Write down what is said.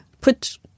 put